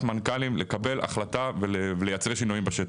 מנכ"לים לקבל החלטה ולייצר שינויים בשטח.